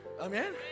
Amen